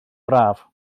braf